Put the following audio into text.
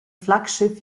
flaggschiff